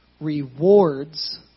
rewards